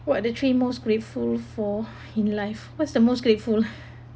what are the three most grateful for in life what's the most grateful